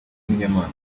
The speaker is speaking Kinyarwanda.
n’inyamaswa